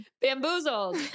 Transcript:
Bamboozled